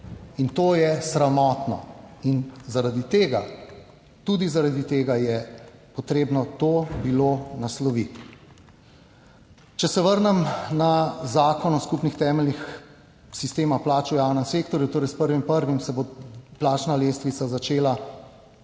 in to je sramotno, in zaradi tega tudi zaradi tega je potrebno to bilo nasloviti. Če se vrnem na Zakon o skupnih temeljih sistema plač v javnem sektorju, torej s 1. 1. se bo plačna lestvica začela